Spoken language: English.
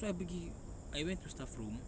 so I pergi I went to staff room